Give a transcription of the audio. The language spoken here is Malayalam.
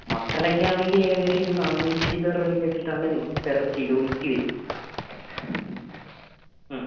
മട്ടൻ ഒക്കെ ആണെങ്കിൽ ഏകദേശം ഒരു നാനൂറ്റി ചില്ലറ രൂപ ഒക്കെ വെച്ചിട്ടാണ് പെർ കിലോയ്ക്ക് വരുക